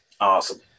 Awesome